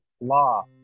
law